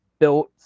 Built